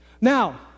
Now